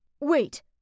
Wait